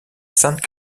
sainte